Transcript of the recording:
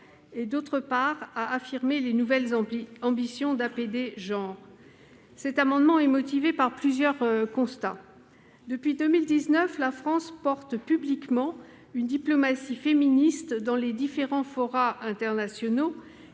et, d'autre part, à affirmer les nouvelles ambitions de l'APD « genre ». Il est motivé par plusieurs constats. Depuis 2019, la France porte publiquement une diplomatie féministe dans les différents internationaux